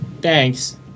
Thanks